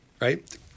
right